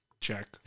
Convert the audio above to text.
Check